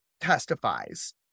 testifies